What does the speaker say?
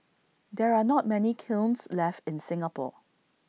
there are not many kilns left in Singapore